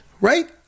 Right